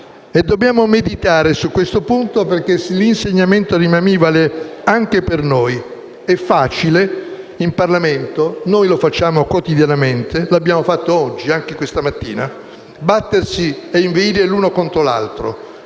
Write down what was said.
Dobbiamo meditare su questo punto, perché l'insegnamento di Mammì vale anche per noi. È facile - in Parlamento lo facciamo quotidianamente e lo abbiamo fatto anche stamattina - battersi e inveire l'uno contro l'altro,